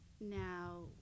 now